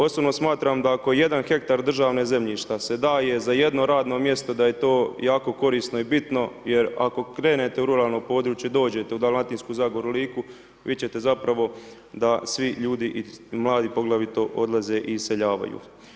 Osobno smatram da ako jedan hektar državnog zemljišta se daje za jedno radno mjesto da je to jako korisno i bitno, jer ako krenete u ruralno područje i dođete u Dalmatinsku Zagoru, Liku vidjet ćete zapravo da svi ljudi i mladi poglavito odlaze i iseljavaju.